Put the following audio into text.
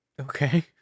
Okay